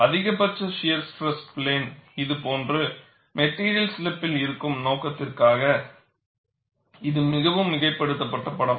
அதிகபட்ச shear stress plane இது போன்று மெட்டிரியல் ஸ்லிப்பில் இருக்கும் நோக்கத்திற்காக இது மிகவும் மிகைப்படுத்தப்பட்ட படம்